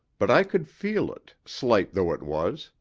but i could feel it, slight though it was.